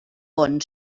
bon